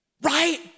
Right